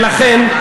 ולכן,